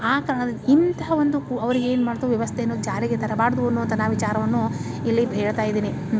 ಆ ಇಂತಹ ಒಂದು ಕು ಅವರಿಗೆ ಏನು ಮಾಡಿತು ವ್ಯವಸ್ಥೆನೂ ಜಾರಿಗೆ ತರಬಾರದು ಅನ್ನುವಂಥ ನ ವಿಚಾರವನ್ನು ಇಲ್ಲಿ ಹೇಳ್ತಾ ಇದ್ದೀನಿ